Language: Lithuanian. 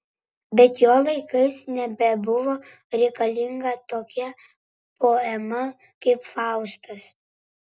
bet jo laikais nebebuvo reikalinga tokia poema kaip faustas